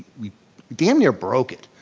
we damn near broke it.